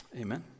Amen